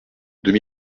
deux